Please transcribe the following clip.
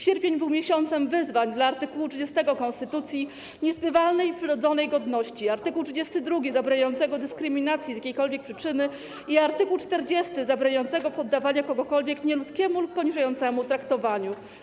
Sierpień był miesiącem wyzwań dla art. 30 konstytucji - niezbywalnej, przyrodzonej godności, art. 32 zabraniającego dyskryminacji z jakiejkolwiek przyczyny i art. 40 zabraniającego poddawania kogokolwiek nieludzkiemu lub poniżającemu traktowaniu.